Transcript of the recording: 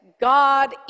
God